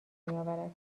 میآورد